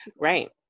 Right